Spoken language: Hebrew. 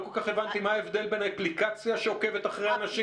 לא כל כך הבנתי מה ההבדל בין אפליקציה שעוקבת אחרי אנשים